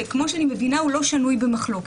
שכמו שאני מבינה הוא לא שנוי במחלוקת.